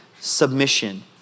submission